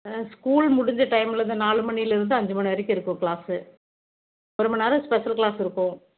ஆ school முடிஞ்ச டைம்மில் இந்த நாலு மணியிலருந்து அஞ்சு மணி வரைக்கும் இருக்கும் கிளாஸு ஒருமண் நேரம் ஸ்பெஷல் கிளாஸ் இருக்கும்